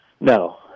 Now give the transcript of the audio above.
No